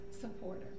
supporter